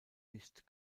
nicht